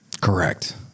Correct